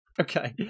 Okay